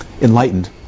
enlightened